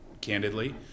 candidly